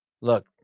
Look